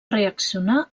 reaccionar